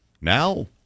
Now